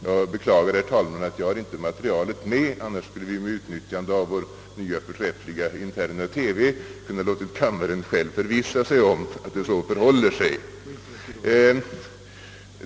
Jag beklagar, herr talman, att jag inte har materialet med — annars skulle vi med utnyttjande av vår nya, förträffliga interna TV kunnat låta kammaren själv förvissa sig om att det så förhåller sig.